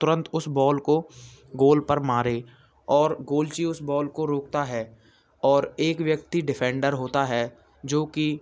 तुरंत उस बॉल को गोल पर मारे और गोलची उस बॉल को रोकता है और एक व्यक्ति डिफे़ंडर होता है जोकि